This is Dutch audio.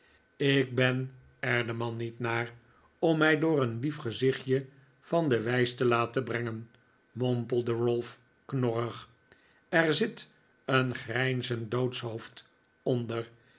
ik ben er de man niet naar om mij door een lief gezichtje van de wijs te laten brengen mompelde ralph knorrig er zit een grijnzend doodshoofd onder